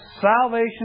salvation